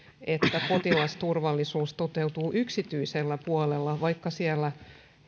että potilasturvallisuus toteutuu yksityisellä puolella vaikka siellä